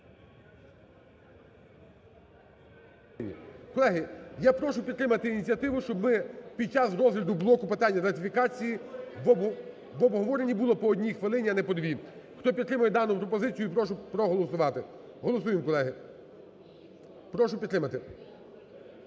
Колеги, я прошу підтримати ініціативу, щоби під час розгляду блоку питань ратифікації в обговоренні було по одній хвилині, а не по дві. Хто підтримує дану пропозицію, прошу проголосувати. Голосуємо, колеги. Прошу підтримати.